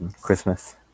Christmas